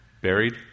buried